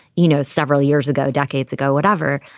you know, several years ago, decades ago, whatever.